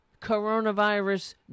coronavirus